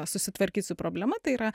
susitvarkyt su problema tai yra